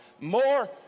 more